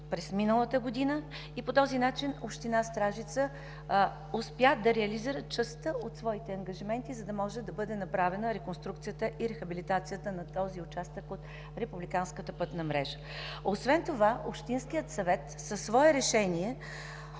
през миналата година и по този начин община Стражица успя да реализира частта от своите ангажименти, за да може да бъде направена реконструкцията и рехабилитацията на този участък от републиканската пътна мрежа. Освен това Общинският съвет със свое Решение